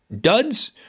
duds